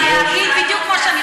אני אגיד בדיוק כמו שאני חושבת.